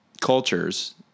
cultures